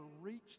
reach